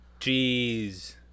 Jeez